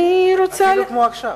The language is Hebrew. אפילו כמו עכשיו.